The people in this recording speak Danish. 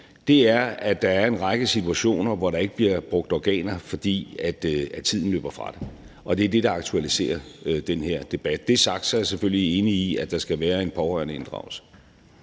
er, at der er en række situationer, hvor der ikke bliver brugt organer, fordi tiden løber fra det, og det er det, der aktualiserer den her debat. Når det er sagt, er jeg selvfølgelig enig i, at der skal være en pårørendeinddragelse.